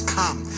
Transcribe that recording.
come